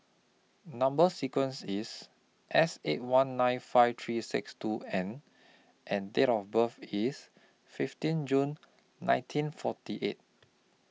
Number sequence IS S eight one nine five three six two N and Date of birth IS fifteen June nineteen forty eight